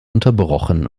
unterbrochen